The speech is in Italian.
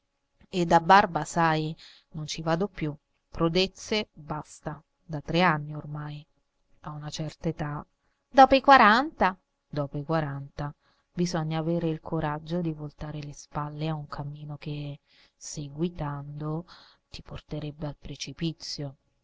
e da barba sai non ci vado più e prodezze basta da tre anni ormai a una certa età dopo i quaranta dopo i quaranta bisogna avere il coraggio di voltar le spalle a un cammino che seguitando ti porterebbe al precipizio